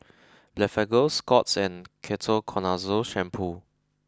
Blephagel Scott's and Ketoconazole shampoo